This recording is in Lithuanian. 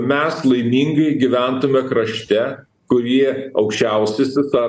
mes laimingai gyventume krašte kurį aukščiausiasis ar